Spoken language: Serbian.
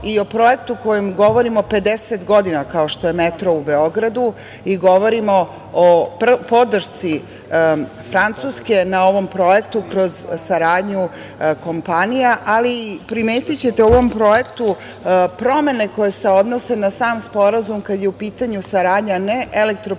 i o projektu o kom govorimo 50 godina, kao što je metro u Beogradu i govorimo o podršci Francuske na ovom projektu kroz saradnju kompanija. Ali, primetićete u ovom projektu promene koje se odnose na sam sporazum, kada je u pitanju saradnja ne elektroprivrede